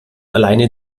alleine